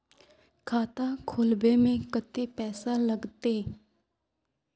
खाता खोलबे में कते पैसा लगते?